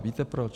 Víte proč?